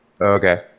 Okay